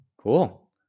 Cool